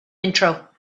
intro